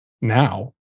now